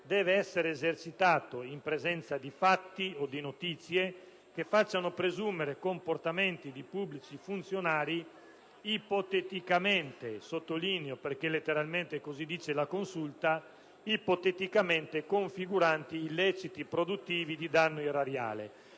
deve essere esercitato in presenza di fatti o di notizie che facciano presumere comportamenti di pubblici funzionari ipoteticamente - lo sottolineo perché così letteralmente dice la Consulta - configuranti illeciti produttivi di danno erariale.